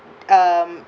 um